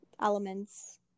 elements